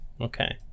Okay